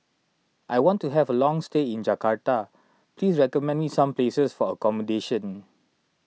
I want to have a long stay in Jakarta please recommend me some places for accommodation